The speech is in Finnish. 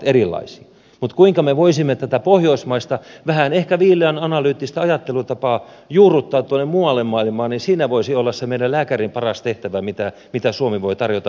mutta kuinka me voisimme tätä pohjoismaista vähän ehkä viileän analyyttista ajattelutapaa juurruttaa tuonne muualle maailmaan siinä voisi olla se meidän lääkärin paras tehtävä mitä suomi voi tarjota osaltaan